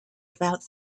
about